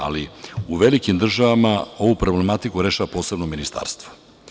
Ali, u velikim državama ovu problematiku rešava posebno ministarstvo.